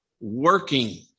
working